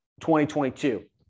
2022